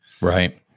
right